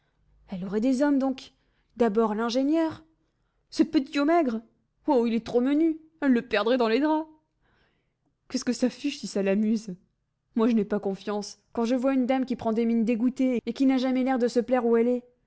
elle aurait des hommes donc d'abord l'ingénieur ce petiot maigre oh il est trop menu elle le perdrait dans les draps qu'est-ce que ça fiche si ça l'amuse moi je n'ai pas confiance quand je vois une dame qui prend des mines dégoûtées et qui n'a jamais l'air de se plaire où elle est